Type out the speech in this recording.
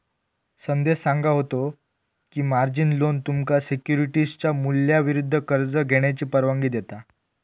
संदेश सांगा होतो की, मार्जिन लोन तुमका सिक्युरिटीजच्या मूल्याविरुद्ध कर्ज घेण्याची परवानगी देता